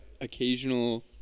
occasional